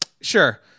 sure